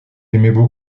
aimaient